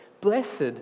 Blessed